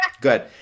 good